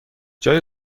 جای